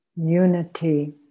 unity